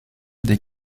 des